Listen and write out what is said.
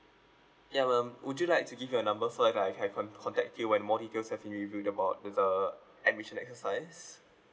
yup um would you like to give your number first so that I can have con~ contact you when more details have been revealed about with the admission exercise